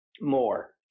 more